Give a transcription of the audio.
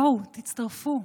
בואו, תצטרפו,